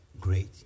great